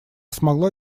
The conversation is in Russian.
смогла